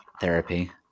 therapy